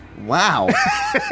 Wow